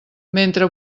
mentre